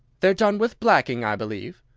they're done with blacking, i believe.